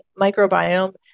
microbiome